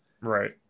Right